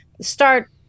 start